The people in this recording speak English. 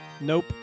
Nope